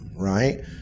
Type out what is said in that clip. right